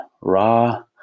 Ra